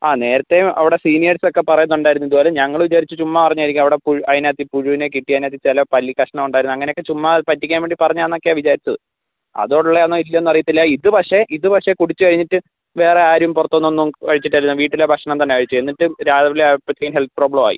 ആ നേരത്തെ അവിടെ സീനിയേഴ്സ് ഒക്കെ പറയുന്നുണ്ടായിരുന്നു ഇത് പോലെ ഞങ്ങൾ വിചാരിച്ചു ചുമ്മാ പറഞ്ഞതായിരിക്കും അവിടെ പുഴു അതിനകത്ത് പുഴുവിനെ കിട്ടി അതിനകത്ത് ചില പല്ലി കഷ്ണമുണ്ടായിരുന്നു അങ്ങനെയൊക്കെ ചുമ്മാ പറ്റിക്കാൻ വേണ്ടി പറഞ്ഞതാണ് എന്നൊക്കെയാണ് വിചാരിച്ചത് അതുള്ളതാന്നോ ഇല്ലെ എന്നറിയത്തില്ല ഇത് പക്ഷേ ഇത് പക്ഷേ കുടിച്ച് കഴിഞ്ഞിട്ട് വേറെ ആരും പുറത്തു നിന്നൊന്നും കഴിച്ചിട്ടില്ല വീട്ടിലെ ഭക്ഷണം തന്നെ കഴിച്ചത് എന്നിട്ട് രാവിലെ ആയപ്പോഴത്തേക്കും ഹെൽത്ത് പ്രോബ്ലം ആയി